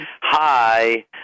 hi